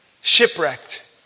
shipwrecked